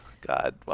God